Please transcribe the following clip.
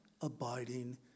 abiding